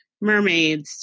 mermaids